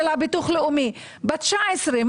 ביטוח לאומי על כך שהכסף יינתן ב-19 לחודש.